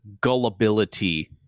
gullibility